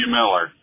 Miller